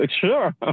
Sure